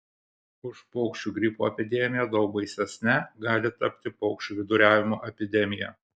už paukščių gripo epidemiją daug baisesne gali tapti paukščių viduriavimo epidemija